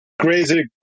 crazy